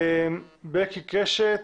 בקי קשת,